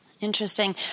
Interesting